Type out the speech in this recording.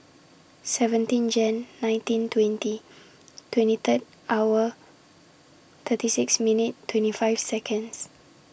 seventeen Jan nineteen twenty twenty Third hour thirty six minute twenty five Seconds